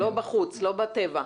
לא בטבע.